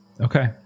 Okay